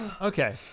Okay